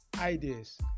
ideas